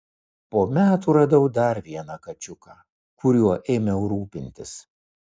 po metų radau dar vieną kačiuką kuriuo ėmiau rūpintis